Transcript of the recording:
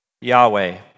Yahweh